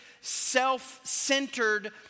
self-centered